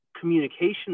communication